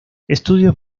estudios